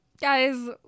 guys